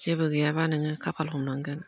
जेबो गैयाबा नोङो खाफाल हमनांगोन